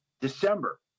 December